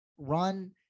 run